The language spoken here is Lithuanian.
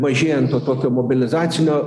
mažėjant to tokio mobilizacinio